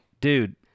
Dude